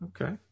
Okay